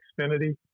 Xfinity